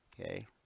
okay